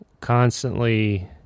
constantly